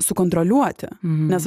sukontroliuoti nes